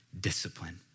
discipline